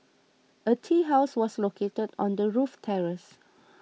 a tea house was located on the roof terrace